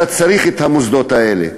אתה צריך את המוסדות האלה.